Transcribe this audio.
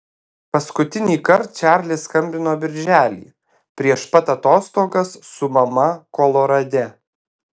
paskutinįkart čarlis skambino birželį prieš pat atostogas su mama kolorade